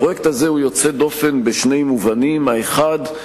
הפרויקט הזה יוצא דופן בשני מובנים: האחד,